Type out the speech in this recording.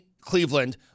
Cleveland